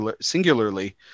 singularly